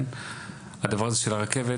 הדבר הזה של הרכבת,